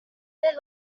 they